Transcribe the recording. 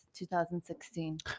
2016